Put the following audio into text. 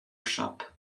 shop